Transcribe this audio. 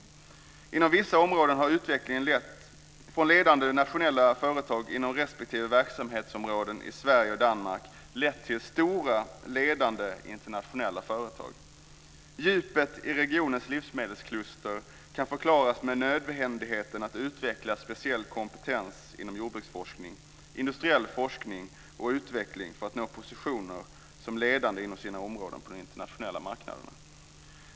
Inom vissa områden har företagen utvecklats från ledande nationella företag inom respektive verksamhetsområden i Sverige och Danmark till stora ledande internationella företag. Att det bildats livsmedelskluster i regionen kan förklaras med nödvändigheten av att utveckla speciell kompetens inom jordbruksforskning, industriell forskning och utveckling för att företagen ska bli ledande inom sina områden på den internationella marknaden.